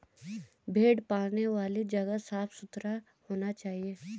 भेड़ पालने वाली जगह साफ सुथरा होना चाहिए